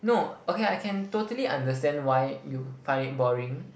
no okay I can totally understand why you find it boring